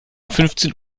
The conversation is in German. fünfzehn